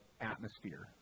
atmosphere